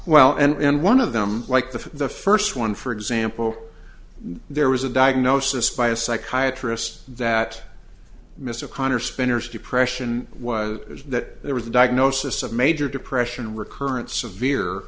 l and one of them like the the first one for example there was a diagnosis by a psychiatrist that mr connor spinner's depression was that there was a diagnosis of major depression recurrent severe